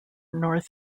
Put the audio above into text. north